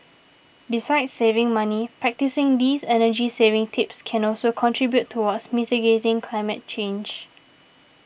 besides saving money practising these energy saving tips can also contribute towards mitigating climate change